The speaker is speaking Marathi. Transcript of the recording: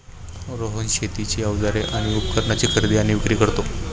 रोहन शेतीची अवजारे आणि उपकरणाची खरेदी आणि विक्री करतो